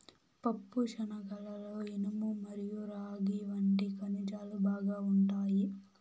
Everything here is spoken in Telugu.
పప్పుశనగలలో ఇనుము మరియు రాగి వంటి ఖనిజాలు బాగా ఉంటాయి